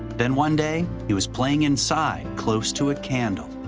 then one day he was playing inside, close to a candle.